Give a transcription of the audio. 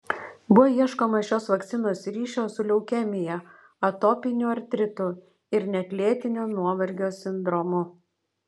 buvo ieškoma šios vakcinos ryšio su leukemija atopiniu artritu ir net lėtinio nuovargio sindromu